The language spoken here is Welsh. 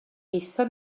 aethon